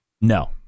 No